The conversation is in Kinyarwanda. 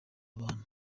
abantu